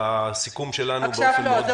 בסיכום שלנו באופן ברור מאוד.